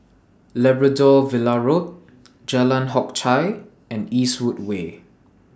Labrador Villa Road Jalan Hock Chye and Eastwood Way